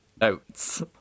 notes